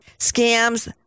scams